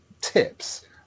tips